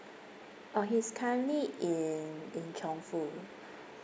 orh he is currently in in chongfu